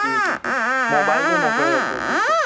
जी जी जी मोबाइल ते मोकिले रखिजो जी पे